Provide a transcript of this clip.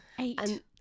Eight